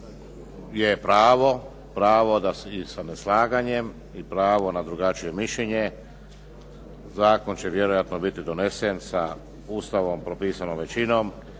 je pravo, pravo sa neslaganjem i pravo na drugačije mišljenje. Zakon će vjerojatno biti donesen sa Ustavom propisanom većinom